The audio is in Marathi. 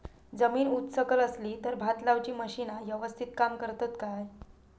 जमीन उच सकल असली तर भात लाऊची मशीना यवस्तीत काम करतत काय?